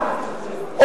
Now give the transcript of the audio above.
שלושה,